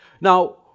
Now